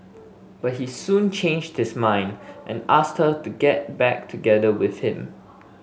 but he soon changed his mind and asked her to get back together with him